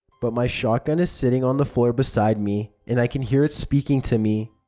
but my shot gun is sitting on the floor beside me and i can hear it speaking to me.